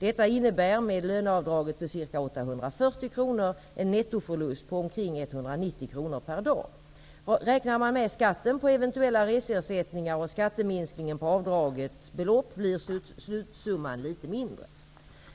Detta innebär med löneavdraget på ca 840 kr en nettoförlust på omkring 190 kr per dag. Räknar man med skatten på eventuella reseersättningar och skatteminskningen på avdraget belopp blir slutsumman litet mindre.